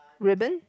ribbon